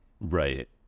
Right